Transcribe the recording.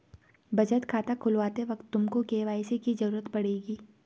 बचत खाता खुलवाते वक्त तुमको के.वाई.सी की ज़रूरत पड़ेगी